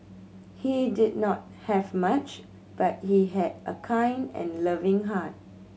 he did not have much but he had a kind and loving heart